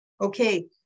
Okay